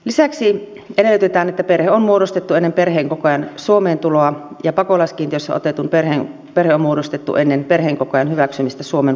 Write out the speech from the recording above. lisäksi edellytetään että perhe on muodostettu ennen perheenkokoajan suomeen tuloa ja pakolaiskiintiössä otetun perhe on muodostettu ennen perheenkokoajan hyväksymistä suomen pakolaiskiintiössä